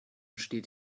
steht